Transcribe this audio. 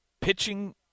pitching